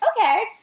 Okay